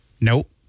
Nope